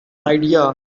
idea